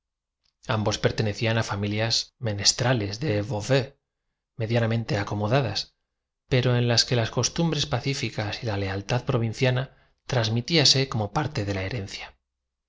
ambos pertenecían a familias menestra les de beauvais medianamente acomodadas pero en las que las cos tumbres pacíficas y la lealtad provinciana transmitíanse como de la herencia